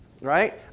Right